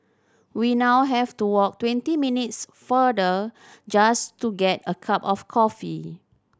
we now have to walk twenty minutes farther just to get a cup of coffee